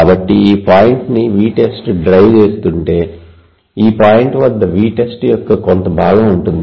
కాబట్టి ఈ పాయింట్ని Vtest డ్రైవ్ చేస్తుంటే ఈ పాయింట్ వద్ద Vtest యొక్క కొంత భాగం ఉంటుంది